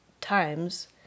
times